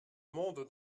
monde